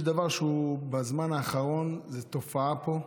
יש דבר שבזמן האחרון הוא תופעה פה.